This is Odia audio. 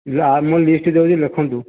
ଯାହା ମୁଁ ଲିଷ୍ଟ୍ ଦେଉଛି ଲେଖନ୍ତୁ